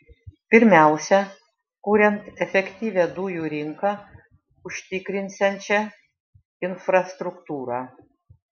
pirmiausia kuriant efektyvią dujų rinką užtikrinsiančią infrastruktūrą